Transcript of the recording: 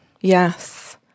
Yes